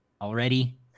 already